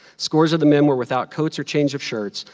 scores of the men were without coats or change of shirts.